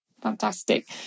Fantastic